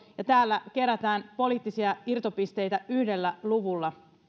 ja täällä kerätään poliittisia irtopisteitä yhdellä luvulla